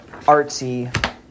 artsy